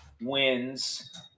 wins